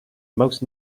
most